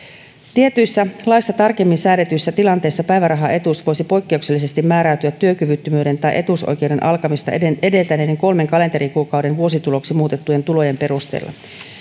tietyissä laissa tarkemmin säädetyissä tilanteissa päivärahaetuus voisi poikkeuksellisesti määräytyä työkyvyttömyyden tai etuusoikeuden alkamista edeltäneiden kolmen kalenterikuukauden vuosituloksi muutettujen tulojen perusteella